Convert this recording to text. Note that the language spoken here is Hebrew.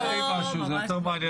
לא, ממש לא.